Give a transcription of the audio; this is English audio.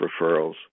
referrals